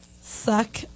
Suck